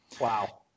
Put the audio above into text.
Wow